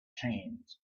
trains